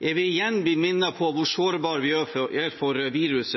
vi igjen blitt minnet om hvor sårbare vi er for virus